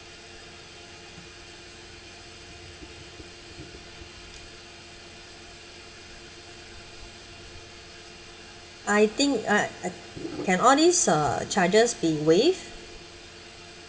I think uh uh can all these uh charges be waived